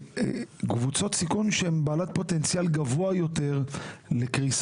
קבוצות סיכון שהן בעלות פוטנציאל גבוה יותר לקריסה.